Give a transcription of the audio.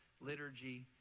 liturgy